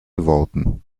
worten